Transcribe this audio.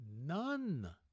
None